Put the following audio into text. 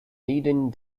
leading